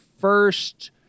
first